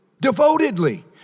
devotedly